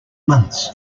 months